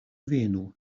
venu